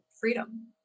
freedom